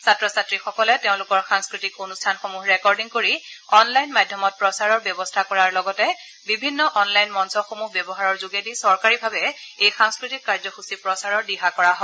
ছাত্ৰ ছাত্ৰীসকলে তেওঁলোকৰ সাংস্থতিক অনুষ্ঠানসমূহ ভিডিঅ' ৰেকৰ্ডিং কৰি অনলাইন মাধ্যমত প্ৰচাৰৰ ব্যৱস্থা কৰাৰ লগতে বিভিন্ন অনলাইন মঞ্চসমূহ ব্যৱহাৰৰ যোগেদি চৰকাৰীভাৱে এই সাংস্কৃতিক কাৰ্যসূচী প্ৰচাৰৰ দিহা কৰা হয়